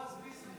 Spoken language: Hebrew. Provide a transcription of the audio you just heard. חבריי חברי הכנסת,